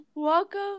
Welcome